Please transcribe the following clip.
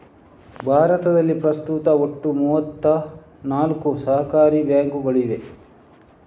ಭಾರತದಲ್ಲಿ ಪ್ರಸ್ತುತ ಒಟ್ಟು ಮೂವತ್ತ ನಾಲ್ಕು ಸಹಕಾರಿ ಬ್ಯಾಂಕುಗಳಿವೆ